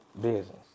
business